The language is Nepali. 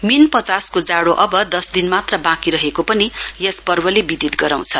मीन पचासको जाड़ो अब दस दिन मात्र बाँकी रहेको पनि यस पर्वको बिदित गराउँछ